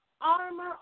armor